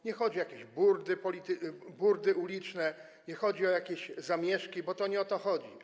Nie chodzi o jakieś burdy uliczne, nie chodzi o jakieś zamieszki, bo to nie o to chodzi.